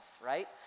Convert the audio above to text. right